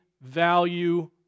value